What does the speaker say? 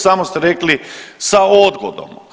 Samo ste rekli sa odgodom.